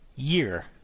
Year